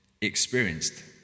experienced